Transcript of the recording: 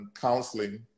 counseling